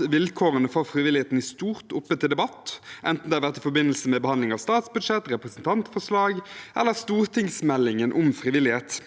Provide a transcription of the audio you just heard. vilkårene for frivilligheten i stort oppe til debatt, enten det har vært i forbindelse med behandling av statsbudsjett, representantforslag eller stortingsmeldingen om frivillighet.